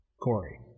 Corey